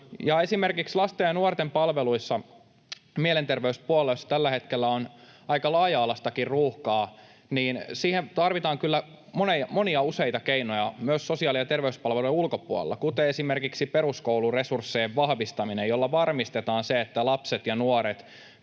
esimerkiksi lasten ja nuorten palveluissa mielenterveyspuolella tällä hetkellä on aika laaja-alaistakin ruuhkaa, niin että siihen tarvitaan kyllä monia, useita keinoja myös sosiaali- ja terveyspalvelujen ulkopuolella, kuten esimerkiksi peruskouluresurssien vahvistaminen, jolla varmistetaan se, että lapset ja nuoret